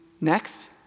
Next